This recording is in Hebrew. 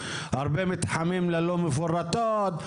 הרבה מתחמים ללא מפורטות.